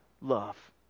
love